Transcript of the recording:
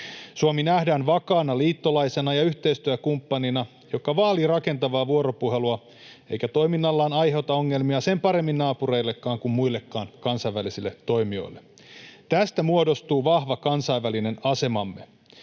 Suomi nähdään vakaana liittolaisena ja yhteistyökumppanina, joka vaalii rakentavaa vuoropuhelua eikä toiminnallaan aiheuta ongelmia sen paremmin naapureilleen kuin muillekaan kansainvälisille toimijoille. Tästä muodostuu vahva kansainvälinen asemamme.